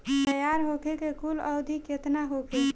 तैयार होखे के कुल अवधि केतना होखे?